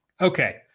Okay